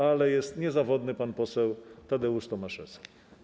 Ale jest niezawodny pan poseł Tadeusz Tomaszewski.